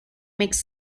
makes